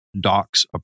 Doc's